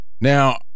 Now